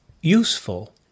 useful